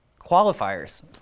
qualifiers